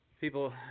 people